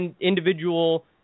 individual